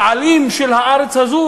הבעלים של הארץ הזאת,